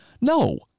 No